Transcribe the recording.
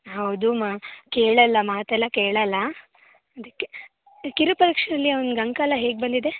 ಹೌದು ಮಾ ಕೇಳಲ್ಲ ಮಾತೆಲ್ಲ ಕೇಳಲ್ಲ ಅದಕ್ಕೆ ಕಿರುಪರೀಕ್ಷೆಯಲ್ಲಿ ಅವನಿಗೆ ಅಂಕ ಎಲ್ಲ ಹೇಗೆ ಬಂದಿದೆ